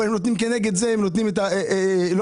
אבל הם נותנים כנגד זה הם נותנים לא הלוואות,